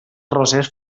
rosers